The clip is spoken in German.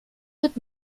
wird